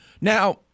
Now